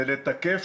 היא לתקף